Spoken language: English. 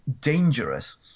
dangerous